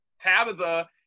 Tabitha